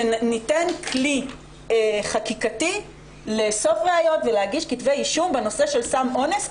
שניתן כלי חקיקתי לאסוף ראיות ולהגיש כתבי אישום בנושא של סם אונס,